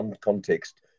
context